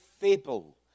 fable